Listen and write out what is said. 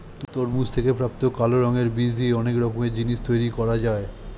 তরমুজ থেকে প্রাপ্ত কালো রঙের বীজ দিয়ে অনেক রকমের জিনিস তৈরি করা যায়